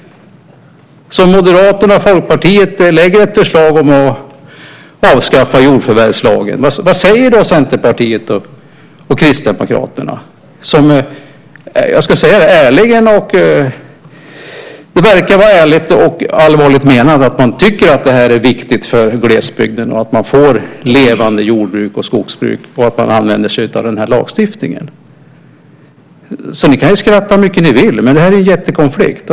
Moderaterna och Folkpartiet lägger fram ett förslag om att avskaffa jordförvärvslagen. Vad säger då Centerpartiet och Kristdemokraterna? Det verkar vara ärligt och allvarligt menat att man tycker att det är viktigt för glesbygden, att man får levande jordbruk och skogsbruk och att man använder sig av den här lagstiftningen. Ni kan skratta hur mycket ni vill, men det här är en jättekonflikt.